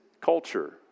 culture